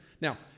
Now